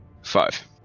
Five